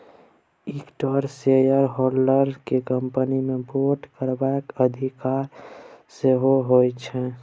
equity shareholders केँ company मे vote करबाक अधिकार सेहो होइ छै